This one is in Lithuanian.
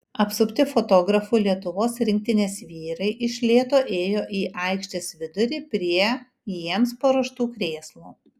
apsupti fotografų lietuvos rinktinės vyrai iš lėto ėjo į aikštės vidurį prie jiems paruoštų krėslų